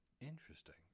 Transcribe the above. interesting